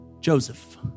Joseph